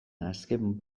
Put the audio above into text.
azken